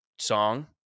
Song